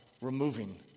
removing